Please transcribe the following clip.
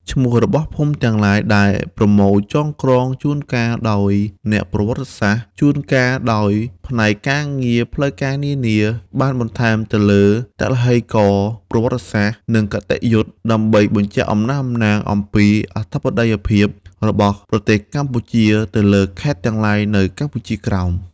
ឈ្មោះរបស់ភូមិទាំងឡាយដែលប្រមូលចង ក្រង ជួនកាលដោយអ្នកប្រវត្តិសាស្ត្រ ជួនកាលដោយផ្នែកការងារផ្លូវការនានា បានបន្ថែមទៅលើទឡឹករណ៍ប្រវត្តិសាស្ត្រ និងគតិយុត្តិ ដើម្បីបញ្ជាក់អះអាងអំពី អធិបតីភាពរបស់ប្រទេសកម្ពុជាទៅលើខេត្តទាំងឡាយនៅកម្ពុជាក្រោម ។